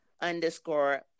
underscore